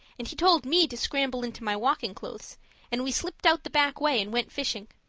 and he told me to scramble into my walking clothes and we slipped out the back way and went fishing.